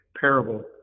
parable